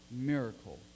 miracle